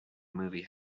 movie